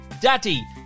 daddy